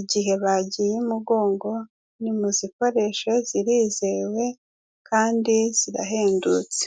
igihe bagiye imugongo ni muzikoreshe zirizewe kandi zirahendutse.